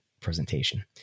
presentation